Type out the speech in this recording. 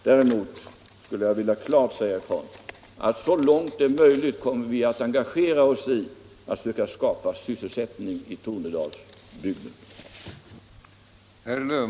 Däremot vill jag klart säga ifrån att så långt det är möjligt kommer vi att engagera oss i att söka skapa sysselsättning i Tornedalsbygden.